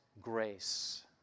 grace